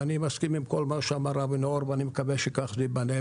ואני מסכים עם כל מה שאמר אבי נאור ואני מקווה שכך זה ייבנה,